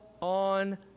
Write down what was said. on